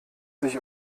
sich